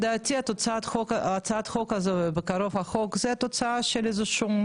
הצעת החוק הזאת ובקרוב החוק זה התוצאה של איזה שהן